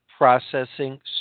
Processing